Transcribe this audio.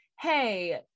Hey